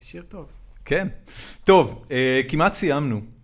שיר טוב. כן, טוב, כמעט סיימנו.